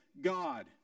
God